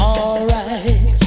Alright